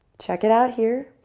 check it out here